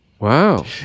Wow